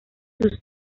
sus